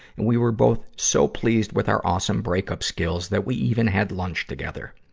and we were both so pleased with our awesome break-up skills, that we even had lunch together.